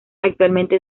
actualmente